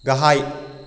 गाहाय